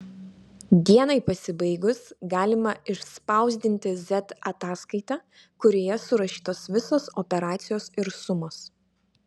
dienai pasibaigus galima išspausdinti z ataskaitą kurioje surašytos visos operacijos ir sumos